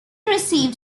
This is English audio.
received